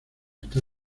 está